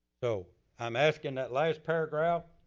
so i'm asking that last paragraph,